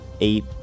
eight